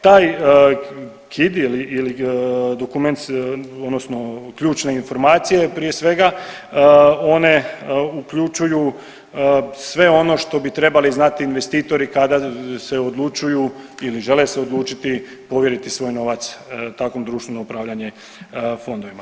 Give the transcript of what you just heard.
Taj KID ili, ili dokument odnosno ključne informacije prije svega one uključuju sve ono što bi trebali znati investitori kada se odlučuju ili žele se odlučiti povjeriti svoj novac takvom društvu na upravljanje fondovima.